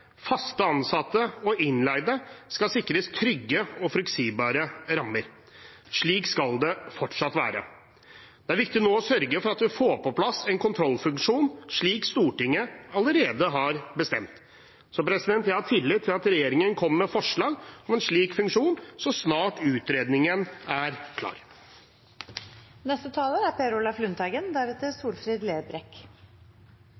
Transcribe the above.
faste ansettelser. Slik er det heller ikke. Arbeidsmiljøloven legger tydelige og gode rammer for hvorledes arbeidsgivere, fast ansatte og innleide skal sikres trygge og forutsigbare rammer. Slik skal det fortsatt være. Det er viktig nå å sørge for at vi får på plass en kontrollfunksjon, slik Stortinget allerede har bestemt. Jeg har tillit til at regjeringen kommer med forslag om en slik funksjon så snart utredningen er